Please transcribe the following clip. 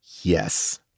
yes